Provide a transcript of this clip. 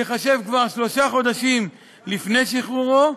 ייחשב כבר שלושה חודשים לפני שחרורו,